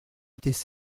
étaient